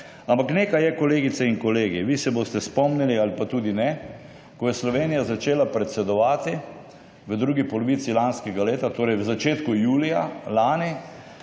Ampak nekaj je, kolegice in kolegi. Vi se boste spomnili ali pa tudi ne. Ko je Slovenija začela predsedovati v drugi polovici lanskega leta, torej v začetku julija lani,